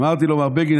אמרתי לו: מר בגין,